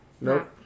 Nope